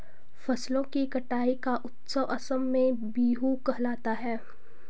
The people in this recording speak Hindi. फसलों की कटाई का उत्सव असम में बीहू कहलाता है